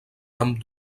amb